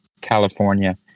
California